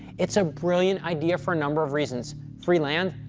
it's a brilliant idea for a number of reasons free land,